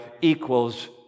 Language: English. equals